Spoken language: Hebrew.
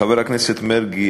חבר הכנסת מרגי,